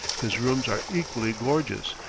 his rooms are equally gorgeous,